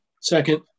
Second